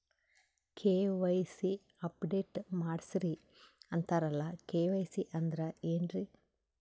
KYC update ಮಾಡಸ್ರೀ ಅಂತರಲ್ಲ KYC ಅಂದ್ರ ಏನ್ರೀ?